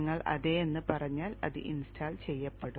നിങ്ങൾ അതെ എന്ന് പറഞ്ഞാൽ അത് ഇൻസ്റ്റാൾ ചെയ്യപ്പെടും